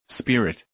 spirit